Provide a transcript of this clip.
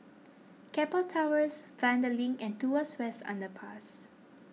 Keppel Towers Vanda Link and Tuas West Underpass